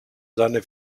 seine